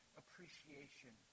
appreciation